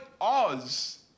Oz